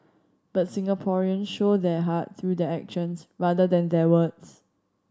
but Singaporeans show their heart through their actions rather than their words